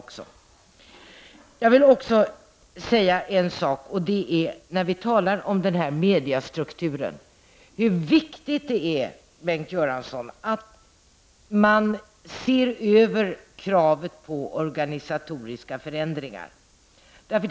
Slutligen vill jag understryka, när vi talar om mediestrukturen, hur viktigt det är att se över möjligheterna att göra organisatoriska förändringar.